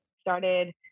started